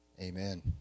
amen